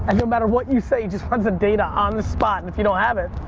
and no matter what you say, he just plugs in data on the spot, and if you don't have it.